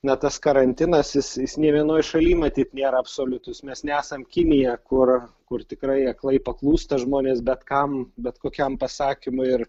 na tas karantinas jis jis nė vienoj šaly matyt nėra absoliutus mes nesam kinija kur kur tikrai aklai paklūsta žmonės bet kam bet kokiam pasakymui ir